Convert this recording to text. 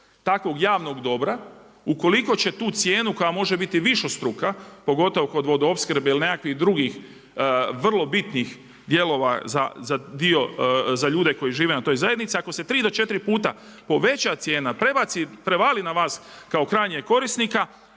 takvog javnog dobra ukoliko će tu cijenu koja može biti višestruka pogotovo kod vodoopskrbe ili nekakvih drugih vrlo bitnih dijelova za dio, za ljude koji žive na toj zajednici. Ako se tri do četiri puta poveća cijena, prevali na vas kao krajnjeg korisnika